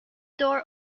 door